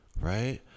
right